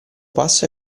passo